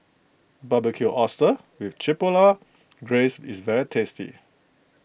Barbecued Oysters with Chipotle Glaze is very tasty